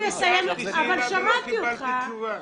אני שאלתי שאלה ולא קיבלתי תשובה.